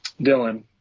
Dylan